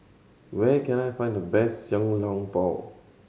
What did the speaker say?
where can I find the best Xiao Long Bao